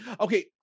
Okay